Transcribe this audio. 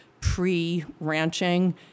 pre-ranching